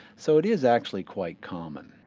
so it is actually quite common.